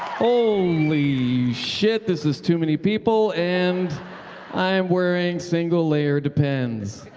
holy shit, this is too many people, and i am wearing single layer depends.